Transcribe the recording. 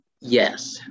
Yes